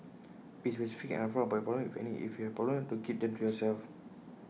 be specific and upfront about your problems if any if you have problems don't keep them to yourself